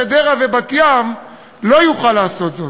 חדרה ובת-ים לא יוכל לעשות זאת.